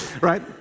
right